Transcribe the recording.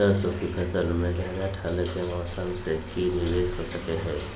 सरसों की फसल में ज्यादा ठंड के मौसम से की निवेस हो सको हय?